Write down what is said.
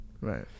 Right